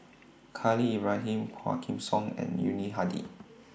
Khalil Ibrahim Quah Kim Song and Yuni Hadi